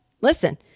listen